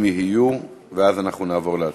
אם יהיו, ואז אנחנו נעבור להצבעה.